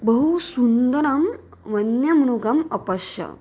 बहु सुन्दरं वन्यमृगम् अपश्यम्